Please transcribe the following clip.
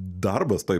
darbas toj